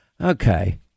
Okay